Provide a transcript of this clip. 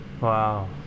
wow